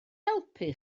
helpu